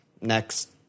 next